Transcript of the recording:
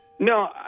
No